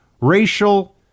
racial